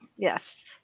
Yes